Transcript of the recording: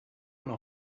went